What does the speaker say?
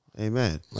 Amen